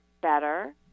better